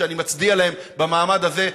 שאני מצדיע להן במעמד הזה,